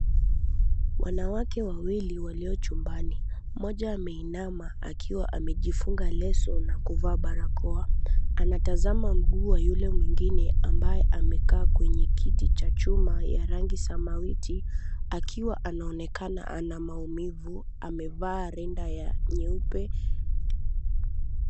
Wanawake wawili waliochumbani, mmoja ameinama akiwa amejifunga leso na kuvaa barakoa, anatazama mguu wa yule mwengine ambaye amekaa kwenye kiti cha chuma ya rangi samawiti akiwa anaonekana ana maumivu, amevaa rinda ya nyeupe.